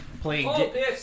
playing